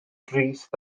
drist